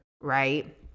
right